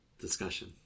discussion